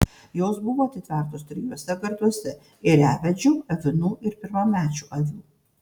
jos buvo atitvertos trijuose garduose ėriavedžių avinų ir pirmamečių avių